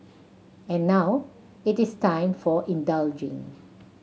and now it is time for indulging